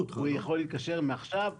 הוא יכול להיקשר מעכשיו לעכשיו.